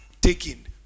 taken